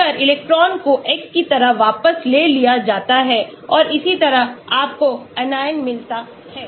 तो अगर इलेक्ट्रॉन को X की तरह वापस ले लिया जाता है और इसी तरह आपको anion मिलता है